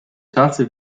czasy